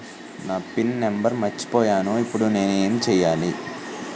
నా pin number మర్చిపోయాను ఇప్పుడు నేను ఎంచేయాలి?